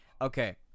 Okay